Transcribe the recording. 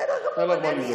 בסדר גמור.